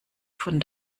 von